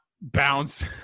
bounce